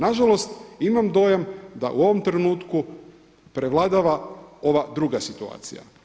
Nažalost, imam dojam da u ovom trenutku prevladava ova druga situacija.